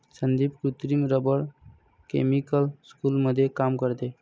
संदीप कृत्रिम rubber chemical स्कूलमध्ये काम करते